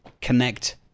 connect